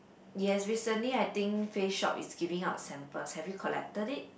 yes recently I think Face-Shop is giving out samples have you collected it